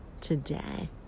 Today